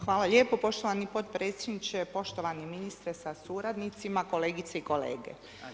Hvala lijepo poštovani potpredsjedniče, poštovani ministre sa suradnicima, kolegice i kolege.